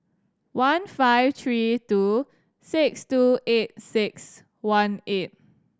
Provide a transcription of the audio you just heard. one five three two six two eight six one eight